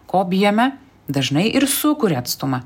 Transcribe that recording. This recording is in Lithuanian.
ko bijome dažnai ir sukuria atstumą